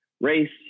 race